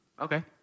okay